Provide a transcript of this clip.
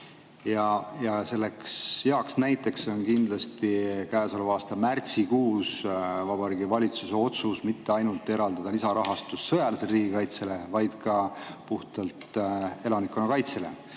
on tervik. Heaks näiteks sellest on kindlasti käesoleva aasta märtsikuus [tehtud] Vabariigi Valitsuse otsus mitte ainult eraldada lisarahastus sõjalisele riigikaitsele, vaid ka puhtalt elanikkonnakaitsele.